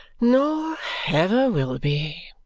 nor ever will be,